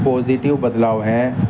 positive بدلاؤ ہیں